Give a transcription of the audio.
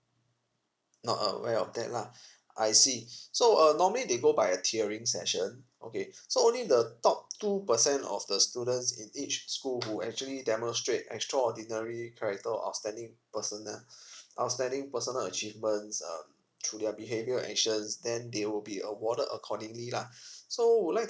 not a~ aware of that lah I see so uh normally they go by a tiering session okay so only the top two percent of the students in each school will actually demonstrate extra ordinary character or outstanding personal outstanding personal achievements um through their behaviour and actions then they will be awarded accordingly lah so would like